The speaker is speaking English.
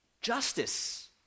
justice